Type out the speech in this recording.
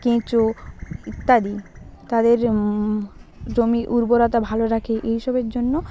কেঁচো ইত্যাদি তাদের জমির উর্বরতা ভালো রাখে এইসবের জন্য